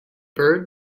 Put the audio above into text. bird